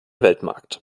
weltmarkt